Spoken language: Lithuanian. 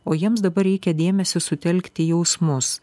o jiems dabar reikia dėmesį sutelkt į jausmus